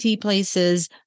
places